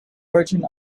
virgin